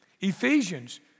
Ephesians